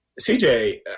CJ